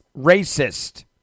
racist